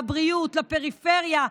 הבריאות והפריפריה,